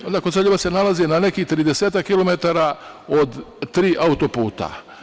Koceljeva se nalazi na nekih 30-ak kilometara od tri autoputa.